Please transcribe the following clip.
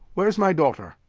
where's my daughter?